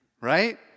right